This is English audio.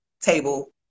table